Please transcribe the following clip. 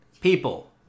People